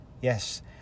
yes